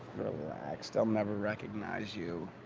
relax, they'll never recognize you.